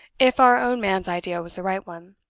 if our own man's idea was the right one.